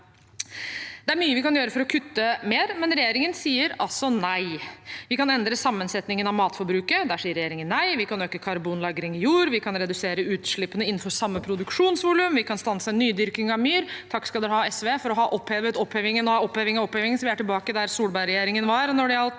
Det er mye vi kan gjøre for å kutte mer, men regjeringen sier altså nei. Vi kan endre sammensetningen av matforbruket. Der sier regjeringen nei. Vi kan øke karbonlagring i jord, vi kan redusere utslippene innenfor samme produksjonsvolum, vi kan stanse nydyrking av myr. Takk skal dere ha, SV, for å ha opphevet opphevingen av oppheving av opphevingen, slik at vi er tilbake der Solberg-regjeringen var når det gjelder